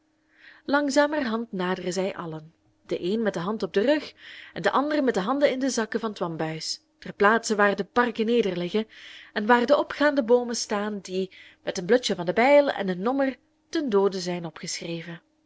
langzamerhand naderen zij allen de een met de handen op den rug en de ander met de handen in de zakken van t wambuis ter plaatse waar de parken nederliggen en waar de opgaande boomen staan die met een blutsje van de bijl en een nommer ten doode zijn opgeschreven